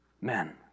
Men